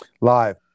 live